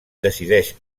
decideix